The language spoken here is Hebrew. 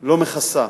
לא מכסה.